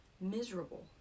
miserable